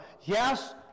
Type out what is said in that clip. Yes